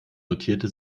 notierte